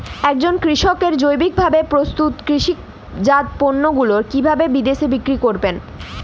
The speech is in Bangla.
একজন কৃষক জৈবিকভাবে প্রস্তুত কৃষিজাত পণ্যগুলি কিভাবে বিদেশে বিক্রি করবেন?